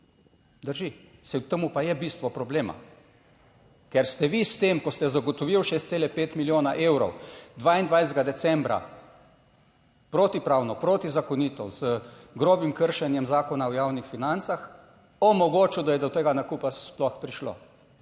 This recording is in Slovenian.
Drži. Saj v tem pa je bistvo problema, ker ste vi s tem, ko ste zagotovili 6,5 milijona evrov 22. decembra protipravno, protizakonito, z grobim kršenjem Zakona o javnih financah omogočil, da je do tega nakupa sploh prišlo.